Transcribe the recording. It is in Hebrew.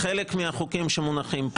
חלק מהחוקים שמונחים פה,